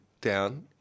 down